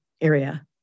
area